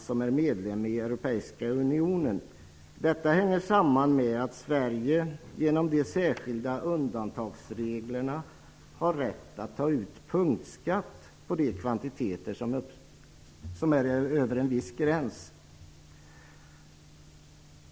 Europeiska unionen. Detta hänger samman med att Sverige genom de särskilda undantagsreglerna har rätt att ta ut punktskatt på de kvantiteter som överstiger en viss gräns.